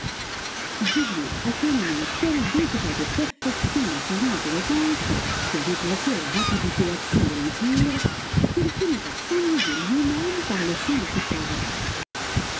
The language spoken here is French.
julien atteignit un tel degré de perfection dans ce genre d'éloquence qui a remplacé la rapidité d'action de l'empire qu'il finit par s'ennuyer lui-même par le son de ses paroles